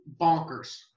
bonkers